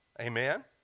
Amen